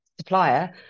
supplier